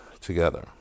together